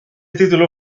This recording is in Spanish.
título